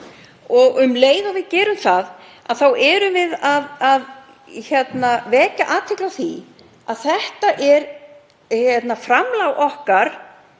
Um leið og við gerum það þá erum við að vekja athygli á því að þetta er framlag okkar